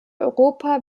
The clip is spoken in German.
europa